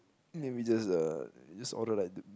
then we just err we just order like the